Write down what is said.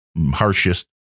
harshest